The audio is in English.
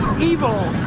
evil.